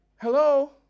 Hello